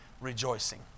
rejoicing